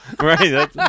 Right